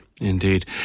Indeed